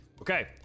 Okay